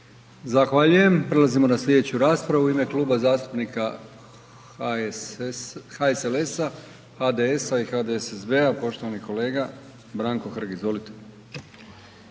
Zahvaljujem. Prelazimo na sljedeću raspravu. U ime Kluba zastupnika HSLS- HDS-HDSSB-a poštovani kolega Branko Hrg. Izvolite.